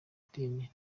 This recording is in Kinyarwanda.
madini